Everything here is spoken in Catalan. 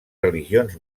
religions